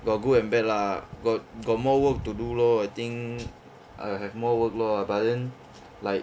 got good and bad lah got got more work to do lor I think I have more work lor but then like